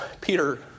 Peter